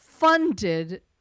Funded